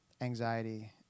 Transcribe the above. anxiety